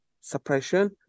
suppression